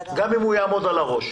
גם אם הוא יעמוד על הראש.